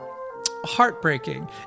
heartbreaking